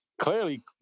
Clearly